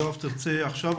יואב, תרצה עכשיו?